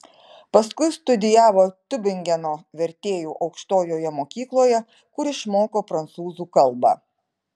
paskui studijavo tiubingeno vertėjų aukštojoje mokykloje kur išmoko prancūzų kalbą